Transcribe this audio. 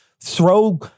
throw